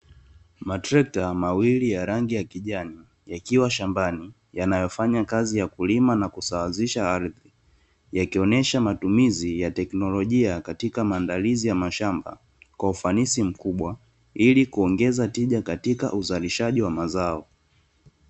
Matrekta mawili ya rangi ya kijani yakiwa shambani yanayofanya kazi ya kulima na kusawazisha ardhi, yakionyesha matumizi ya teknolojia katika maandalizi ya mashamba kwa ufanisi mkubwa ili kuongeza tija katika uzalishaji wa mazao.